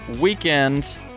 weekend